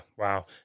Wow